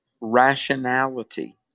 rationality